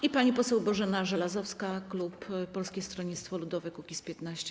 I pani poseł Bożena Żelazowska, klub Polskie Stronnictwo Ludowe - Kukiz15.